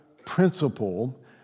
principle